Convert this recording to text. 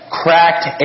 cracked